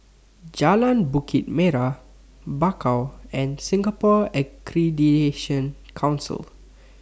Jalan Bukit Merah Bakau and Singapore Accreditation Council